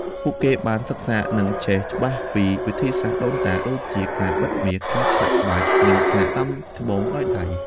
ពួកគេបានសិក្សា និងចេះច្បាស់ពីវិធីសាស្ត្រដូនតា ដូចជាការបិតមាស ការឆ្លាក់ក្បាច់ និងការដាំត្បូងដោយដៃ។